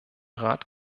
rat